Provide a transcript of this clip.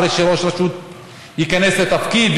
אחרי שראש רשות ייכנס לתפקיד,